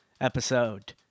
episode